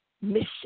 Mission